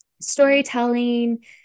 storytelling